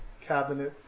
cabinet